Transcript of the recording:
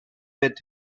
with